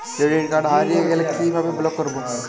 Credit card হারিয়ে গেলে কি ভাবে ব্লক করবো?